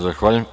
Zahvaljujem.